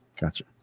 Gotcha